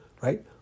right